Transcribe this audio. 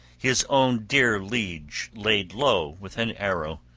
his own dear liege laid low with an arrow,